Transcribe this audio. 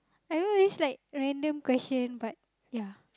I don't know this is like random question but yeah